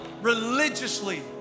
religiously